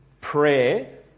prayer